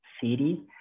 city